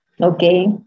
Okay